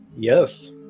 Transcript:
Yes